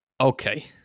Okay